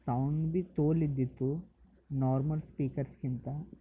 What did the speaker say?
sound ಭೀ ತೋಲ್ ಇದ್ದಿತ್ತು ನಾರ್ಮಲ್ ಸ್ಪೀಕರ್ಸ್ಗಿಂತ